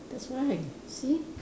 that's why see